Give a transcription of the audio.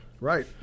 right